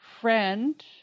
friend